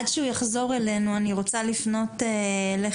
אז עד שחיים יחזור אלינו אני רוצה לפנות אליך,